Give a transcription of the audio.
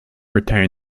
retained